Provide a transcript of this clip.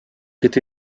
été